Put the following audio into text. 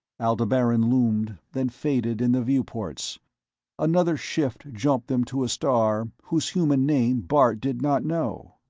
aldebaran loomed, then faded in the viewports another shift jumped them to a star whose human name bart did not know.